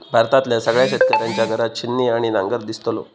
भारतातल्या सगळ्या शेतकऱ्यांच्या घरात छिन्नी आणि नांगर दिसतलो